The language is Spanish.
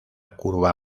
curva